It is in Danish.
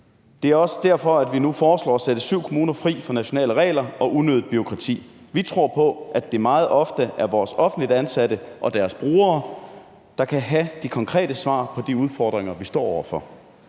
Det er også derfor, vi nu foreslår at sætte syv kommuner fri af nationale regler og unødigt bureaukrati. Vi tror på, at det meget ofte er vores offentligt ansatte og deres brugere, der kan have de konkrete svar på de udfordringer, vi står over for.